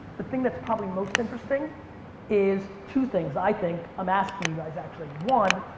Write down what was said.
the thing that's probably most interesting is two things, i think i'm asking you guys actually. one,